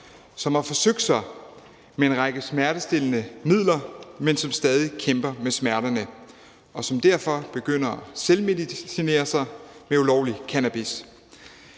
som har forsøgt sig med en række smertestillende midler, men stadig kæmper med smerterne, og som derfor begynder at selvmedicinere sig med ulovlig cannabis.